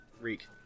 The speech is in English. Reek